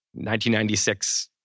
1996